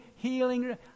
healing